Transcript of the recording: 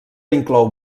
inclou